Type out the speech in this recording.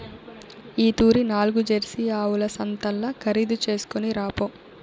ఈ తూరి నాల్గు జెర్సీ ఆవుల సంతల్ల ఖరీదు చేస్కొని రాపో